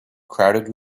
crowded